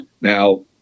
Now